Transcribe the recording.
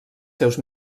seus